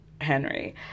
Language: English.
Henry